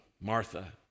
Martha